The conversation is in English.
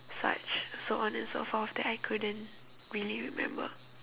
such so on and so forth that I couldn't really remember